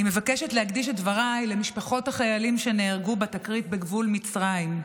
אני מבקשת להקדיש את דבריי למשפחות החיילים שנהרגו בתקרית בגבול מצרים,